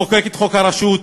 לחוקק את חוק הרשות,